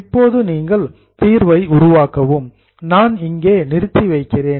இப்போது நீங்கள் தீர்வை உருவாக்கவும் நான் இங்கே நிறுத்தி வைக்கிறேன்